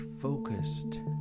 focused